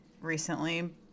recently